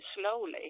slowly